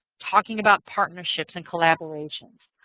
talking about partnerships and collaborations.